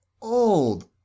old